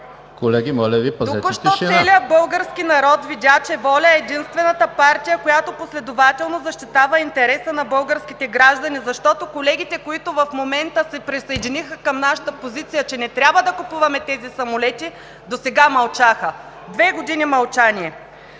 Колеги, моля Ви, пазете тишина! КРЪСТИНА ТАСКОВА: Току-що целият български народ видя, че ВОЛЯ е единствената партия, която последователно защитава интереса на българските граждани, защото колегите, които в момента се присъединиха към нашата позиция, че не трябва да купуваме тези самолети, досега мълчаха – две години мълчание.